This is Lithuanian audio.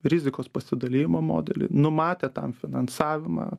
rizikos pasidalijimo modelį numatę tam finansavimą